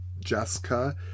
Jessica